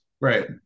right